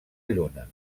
lluna